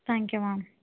thank you ma'am